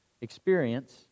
experience